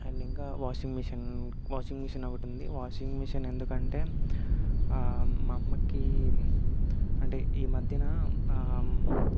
and ఇంకా washing machine washing machine ఒకటుంది washing machine ఎందుకంటే మా అమ్మకి అంటే ఈ మధ్యన